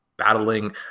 Battling